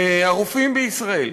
הרופאים בישראל,